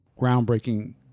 groundbreaking